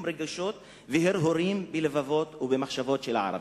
רגשות והרהורים בלבבות ובמחשבות של הערבים.